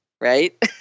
right